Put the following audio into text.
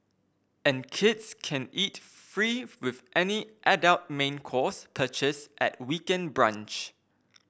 and kids can eat free with any adult main course purchase at weekend brunch